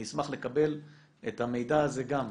אני אשמח לקבל את המידע הזה גם.